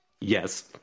Yes